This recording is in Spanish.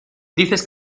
dices